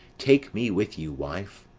take me with you, wife.